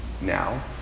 now